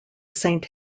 saint